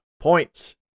points